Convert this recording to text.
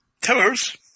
towers